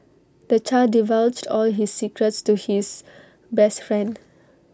the child divulged all his secrets to his best friend